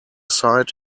sight